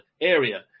area